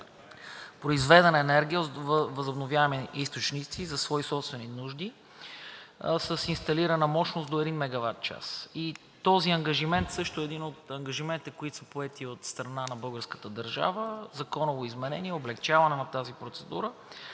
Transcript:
произведена енергия във възобновяеми източници за свои собствени нужди с инсталирана мощност до един мегават час. Този ангажимент също е един от ангажиментите, които са поети от страна на българската държава – законово изменение, облекчаване на тази процедура.